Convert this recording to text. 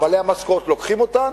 בעלי המשכורות לוקחים אותן,